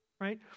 right